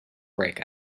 break